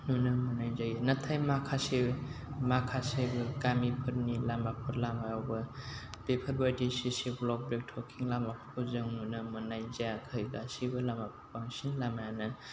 नुनो मोननाय जायो नाथाय माखासे माखासे गामिफोरनि लामायावबो बेफोरबादि चिचि ब्लक ब्लेक टकिं लामाफोरखौ जों नुनो मोन्नाय जायाखै दासिमबो बांसिन लामायानो